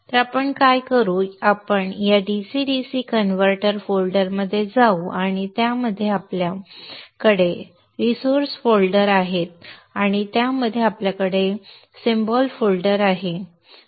तर आपण काय करू आपण या dc dc कनवर्टर फोल्डरमध्ये जाऊ आणि त्यामध्ये आपल्याकडे रिसोर्स फोल्डर आहे आणि त्यामध्ये आपल्याकडे प्रतीक फोल्डर आहे